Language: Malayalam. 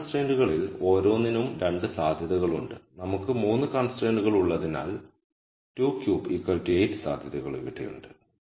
ഈ കൺസ്ട്രൈന്റ്കളിൽ ഓരോന്നിനും 2 സാധ്യതകൾ ഉണ്ട് നമുക്ക് 3 കൺസ്ട്രൈന്റുകൾ ഉള്ളതിനാൽ 238 സാധ്യതകൾ ഇവിടെയുണ്ട്